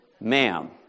Ma'am